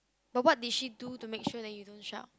but what did she do to make sure that you don't shout